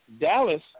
Dallas